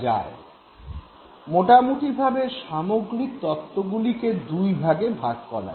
slide সময়ঃ 1230 মোটামুটিভাবে সামগ্রিক তত্ত্বগুলিকে দুই ভাগে ভাগ করা যায়